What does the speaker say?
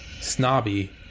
snobby